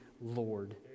Lord